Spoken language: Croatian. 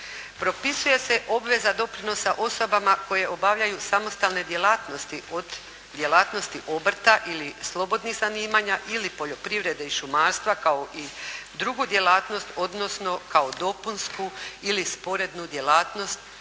Propisuje se obveza doprinosa osobama koje obavljaju samostalne djelatnosti od djelatnosti obrta ili slobodnih zanimanja ili poljoprivrede i šumarstva kao i drugu djelatnost odnosno kao dopunsku i sporednu djelatnost